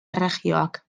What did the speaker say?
erregioak